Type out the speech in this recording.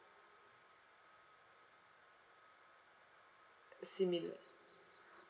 similar